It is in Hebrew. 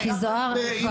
תתעוררו כבר.